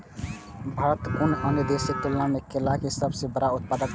भारत कुनू अन्य देश के तुलना में केला के सब सॉ बड़ा उत्पादक छला